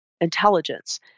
intelligence